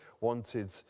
wanted